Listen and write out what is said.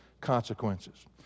consequences